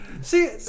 See